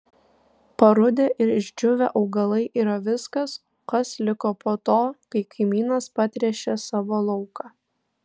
parudę ir išdžiūvę augalai yra viskas kas liko po to kai kaimynas patręšė savo lauką